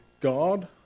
God*